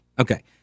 Okay